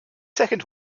second